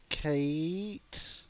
Kate